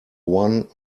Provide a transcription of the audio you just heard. one